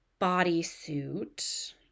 bodysuit